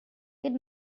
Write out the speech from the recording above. good